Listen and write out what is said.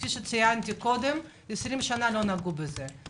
כפי שציינתי, לא נגעו בזה 20 שנה.